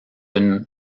une